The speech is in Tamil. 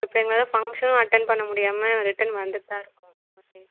இப்போ எங்களால் ஃபங்க்ஷனும் அட்டன் பண்ண முடியாமல் ரிட்டன் வந்துட்டு தான் இருக்கோம் ஓகே